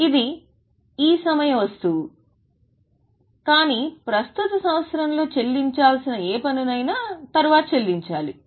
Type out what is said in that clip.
ఇది ఈ సమయ వస్తువు కానీ ప్రస్తుత సంవత్సరంలో చెల్లించాల్సిన ఏ పన్నునైనా తరువాత చెల్లించాలి